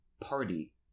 party